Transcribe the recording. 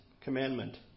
Commandment